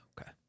Okay